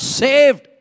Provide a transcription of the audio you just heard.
saved